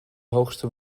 hoogste